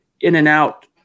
in-and-out